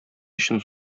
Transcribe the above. өчен